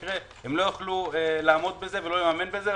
הם לא יוכלו לעמוד בזה ולא לממן את זה.